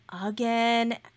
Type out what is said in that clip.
again